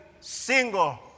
single